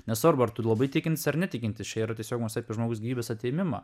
nesvarbu ar tu labai tikintys ar netikinti šie yra tiesiog mus apie žmogaus gyvybės atėmimą